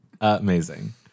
Amazing